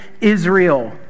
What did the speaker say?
Israel